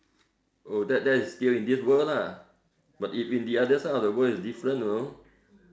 oh that that is still in this world lah but if in the other side of the world is different know